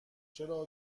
چرا